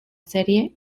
serie